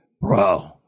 Bro